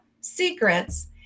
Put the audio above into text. secrets